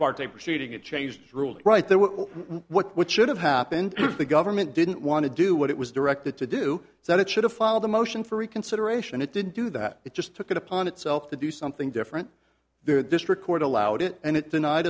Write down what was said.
a proceeding it changed rules right there were what should have happened if the government didn't want to do what it was directed to do so that it should have filed a motion for reconsideration it didn't do that it just took it upon itself to do something different this record allowed it and it denied